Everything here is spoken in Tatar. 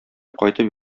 кайтып